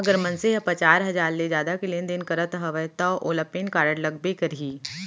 अगर मनसे ह पचार हजार ले जादा के लेन देन करत हवय तव ओला पेन कारड लगबे करही